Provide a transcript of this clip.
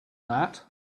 that